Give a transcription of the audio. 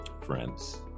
Friends